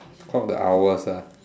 clock the hours ah